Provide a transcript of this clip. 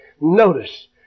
notice